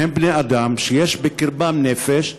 הם בני-אדם שיש בקרבם נפש,